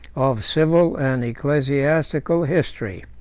of civil and ecclesiastical, history.